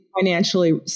Financially